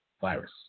virus